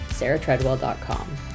SarahTreadwell.com